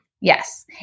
Yes